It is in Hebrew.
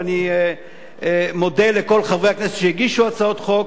ואני מודה לכל חברי הכנסת שהגישו הצעות חוק,